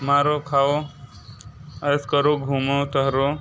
मारो खाओ ऐश करो घूमो टहलो